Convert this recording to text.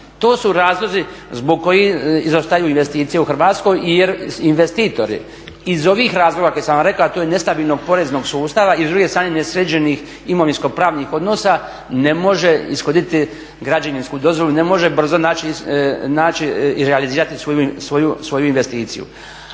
To su razlozi zbog kojih izostaju investicije u Hrvatskoj jer investitori iz ovih razloga koje sam vam rekao, a to je nestabilnog poreznog sustava i s druge strane nesređenih imovinsko pravnih odnosa ne može ishoditi građevinsku dozvolu, ne može brzo naći i realizirati svoju investiciju.